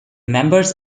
members